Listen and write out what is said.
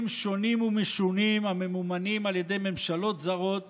שונים ומשונים הממומנים על ידי ממשלות זרות